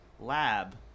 lab